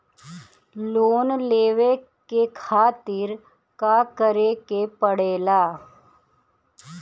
Loan लेवे के खातिर का करे के पड़ेला?